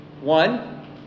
One